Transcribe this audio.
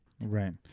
Right